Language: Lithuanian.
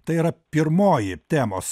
tai yra pirmoji temos